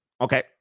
Okay